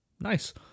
Nice